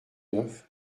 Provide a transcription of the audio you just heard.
neuf